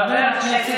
חבר הכנסת